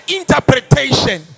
interpretation